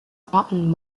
gotten